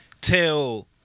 Till